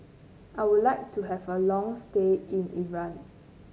I would like to have a long stay in Iran